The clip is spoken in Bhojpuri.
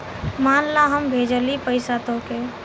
मान ला हम भेजली पइसा तोह्के